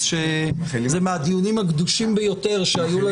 שזה מהדיונים הגדושים ביותר שהיו לנו.